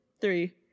three